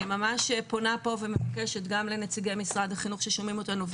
אני ממש פונה פה ומבקשת גם מנציגי משרד החינוך ששומעים אותנו,